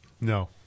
No